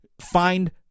Find